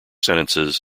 sentences